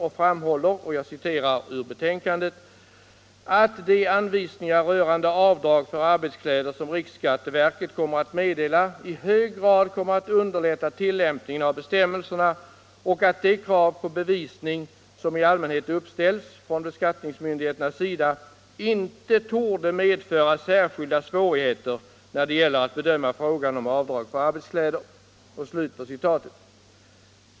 Utskottet framhåller ”att de anvisningar rörande avdrag för arbetskläder som riksskatteverket kommer att meddela i hög grad kommer att underlätta tillämpningen av bestämmelserna och att de krav på bevisning som i allmänhet uppställs från beskattningsmyndigheternas sida inte torde medföra särskilda svårigheter när det gäller att bedöma frågan om avdrag för arbetskläder”.